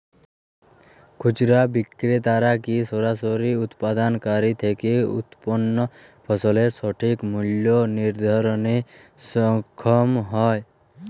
খুচরা বিক্রেতারা কী সরাসরি উৎপাদনকারী থেকে উৎপন্ন ফসলের সঠিক মূল্য নির্ধারণে সক্ষম হয়?